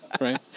right